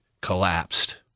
collapsed